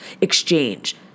exchange